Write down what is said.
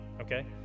okay